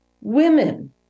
women